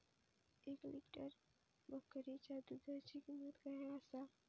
एक लिटर बकरीच्या दुधाची किंमत काय आसा?